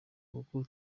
kuko